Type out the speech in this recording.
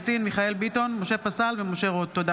בנושא: